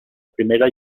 primera